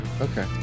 okay